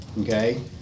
Okay